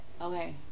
Okay